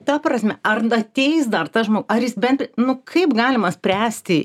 ta prasme ar ateis dar tas ar jis bent nu kaip galima spręsti